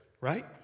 right